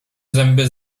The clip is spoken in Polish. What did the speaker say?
zęby